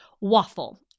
waffle